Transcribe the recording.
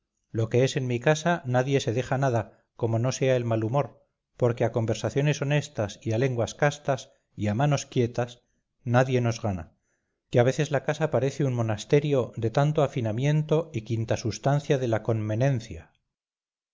lo que es en mi casa nadie se deja nada como no sea el malhumor porque a conversaciones honestas y a lenguas castas y a manos quietas nadie nos gana que a veces la casa parece un monasterio de tanto afinamiento y quinta sustancia de la conmenencia